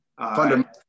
Fundamental